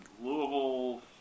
Louisville